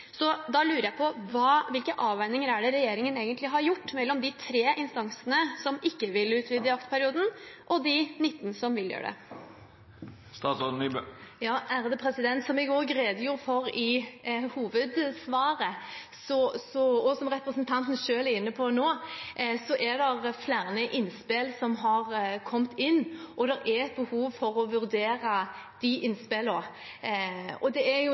Så da lurer jeg på: Hvilke avveininger er det egentlig regjeringen har gjort mellom de tre instansene som ikke vil utvide jaktperioden, og de 19 som vil gjøre det? Som jeg også redegjorde for i hovedsvaret, og som representanten selv er inne på nå, er det flere innspill som har kommet inn, og det er et behov for å vurdere de innspillene. Det er nettopp den vurderingen som klima- og miljøministeren gjør nå. Det er